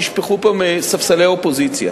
נשפכו פה מספסלי האופוזיציה.